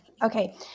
Okay